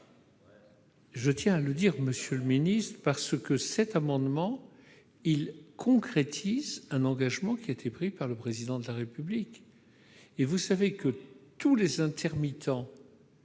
Je tiens à le dire, monsieur le ministre, parce qu'il concrétise un engagement qui a été pris par le Président de la République. Vous le savez, tous les intermittents,